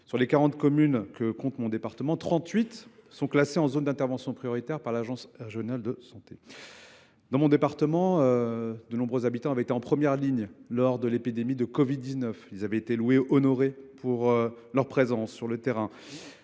sur les 40 communes que compte mon département, 38 sont classées en zones d’intervention prioritaire par l’agence régionale de santé (ARS). En Seine Saint Denis, de nombreux habitants ont été en première ligne lors de l’épidémie de covid 19. Ils ont été honorés pour leur présence sur le terrain.